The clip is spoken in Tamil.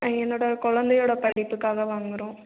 ஆ என்னோட குழந்தையோட படிப்புக்காக வாங்குகிறோம்